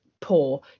poor